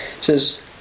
says